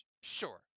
Sure